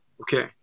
okay